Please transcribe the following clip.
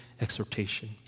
exhortation